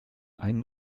ein